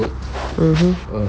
mmhmm